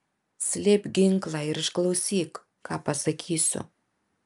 slėpk ginklą ir išklausyk ką pasakysiu